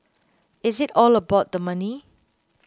is it all about the money